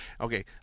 okay